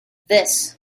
this